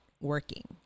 working